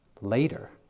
later